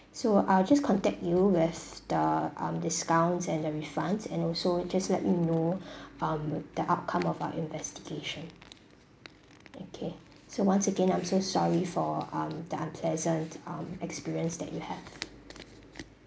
so I'll just contact you with the um discounts and the refunds and also just let you know um the outcome of our investigation okay so once again I'm so sorry for um the unpleasant um experience that you have